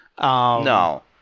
No